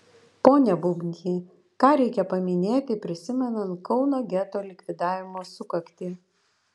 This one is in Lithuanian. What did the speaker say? pone bubny ką reikia paminėti prisimenant kauno geto likvidavimo sukaktį